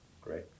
Great